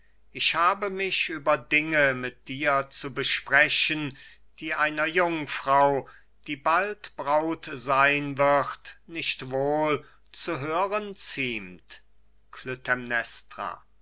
ich habe mich über dinge mit dir zu besprechen die einer jungfrau die bald braut sein wird nicht wohl zu hören ziemt